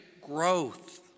growth